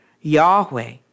Yahweh